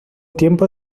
tiempo